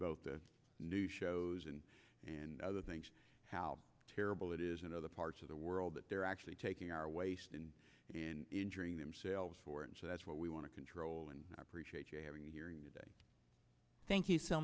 about the new shows and other things how terrible it is in other parts of the world that they're actually taking our waste in injuring themselves four and so that's what we want to control and i appreciate having a hearing today thank you so